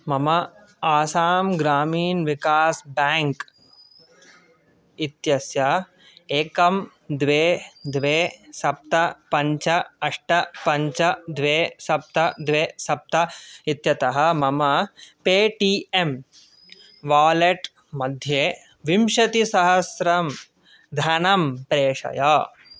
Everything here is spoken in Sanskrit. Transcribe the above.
मम आसां ग्रामीन् विकास् ब्याङ्क् इत्यस्य एकं द्वे द्वे सप्त पञ्च अष्ट पञ्च द्वे सप्त द्वे सप्त इत्यतः मम पे टि येम् वालेट् मध्ये विंशतिसहस्रं धनं प्रेषय